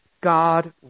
God